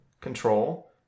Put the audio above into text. Control